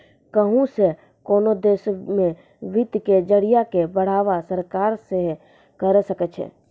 कहुं से कोनो देशो मे वित्त के जरिया के बढ़ावा सरकार सेहे करे सकै छै